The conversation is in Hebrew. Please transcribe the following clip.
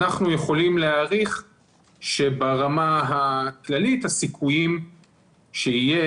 אנחנו יכולים להעריך שברמה הכללית הסיכויים שיהיה